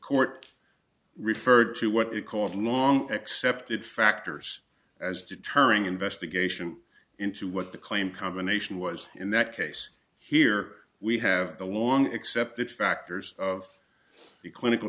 court referred to what we called long accepted factors as deterring investigation into what the claim combination was in that case here we have the long accepted factors of be clinical